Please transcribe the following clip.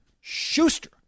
Schuster